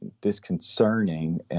disconcerting